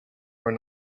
were